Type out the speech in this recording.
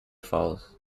falls